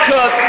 Cook